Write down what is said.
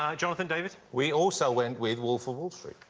ah jonathan, david? we also went with wolf of wall street.